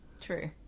True